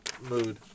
mood